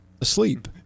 asleep